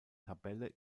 tabelle